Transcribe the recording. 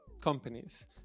companies